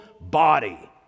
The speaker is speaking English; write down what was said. body